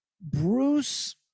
Bruce